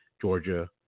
Georgia